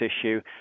issue